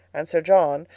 and sir john,